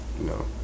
No